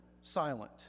silent